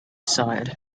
side